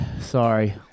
Sorry